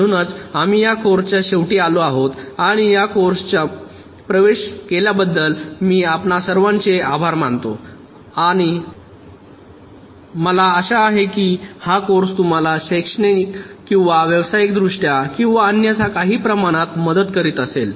म्हणूनच आम्ही या कोर्सच्या शेवटी आलो आहोत आणि या कोर्समध्ये प्रवेश केल्याबद्दल मी आपणा सर्वांचे आभार मानतो आणि मला आशा आहे की हा कोर्स तुम्हाला शैक्षणिक किंवा व्यावसायिकदृष्ट्या किंवा अन्यथा काही प्रमाणात मदत करीत असेल